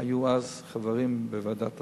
היו אז חברים בוועדת הסל.